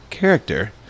character